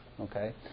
Okay